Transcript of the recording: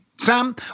sam